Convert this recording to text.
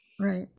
Right